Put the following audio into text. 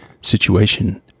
situation